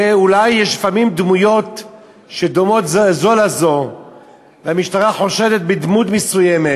ואולי יש לפעמים דמויות שדומות זו לזו והמשטרה חושדת בדמות מסוימת